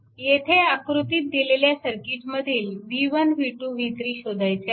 येथे आकृतीत दिलेल्या सर्किट मधील v1 v2 v3 शोधायचे आहेत